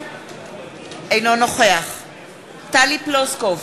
אינו נוכח טלי פלוסקוב,